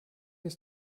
ist